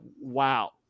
wow